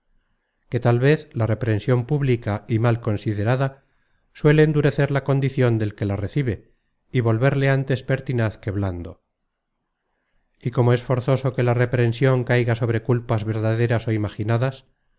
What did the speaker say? que tal vez la reprension pública y mal considerada suele endurecer la condicion del que la recibe y volverle ántes pertinaz que blando y como es forzoso que la reprension caiga sobre culpas verdaderas o imaginadas